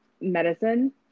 medicine